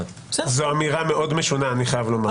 זו אמירה מאוד משונה, אני חייב לומר.